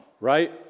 right